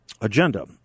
Agenda